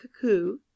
cuckoo